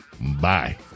Bye